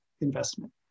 investment